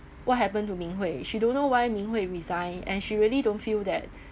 what happened to ming hui she don't know why ming hui resigned and she really don't feel that